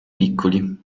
piccoli